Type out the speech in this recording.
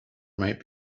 might